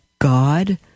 God